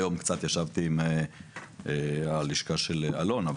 והיום קצת ישבתי עם הלשכה של אלון.